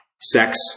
sex